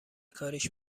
کاریش